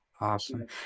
Awesome